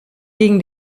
gegen